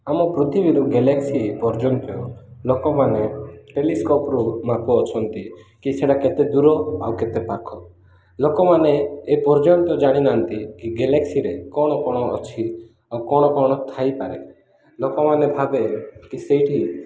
ଆମ ପୃଥିବୀରୁ ଗ୍ୟାଲେକ୍ସି ପର୍ଯ୍ୟନ୍ତ ଲୋକମାନେ ଟେଲିସ୍କୋପ୍ରୁ ମାପୁଅଛନ୍ତି କି ସେଇଟା କେତେ ଦୂର ଆଉ କେତେ ପାଖ ଲୋକମାନେ ଏ ପର୍ଯ୍ୟନ୍ତ ଜାଣିନାହାନ୍ତି କି ଗ୍ୟାଲେକ୍ସିରେ କ'ଣ କ'ଣ ଅଛି ଆଉ କ'ଣ କ'ଣ ଥାଇପାରେ ଲୋକମାନେ ଭାବେ କି ସେଇଠି